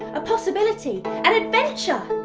a possibility, an adventure,